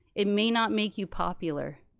it may not make you popular